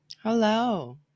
Hello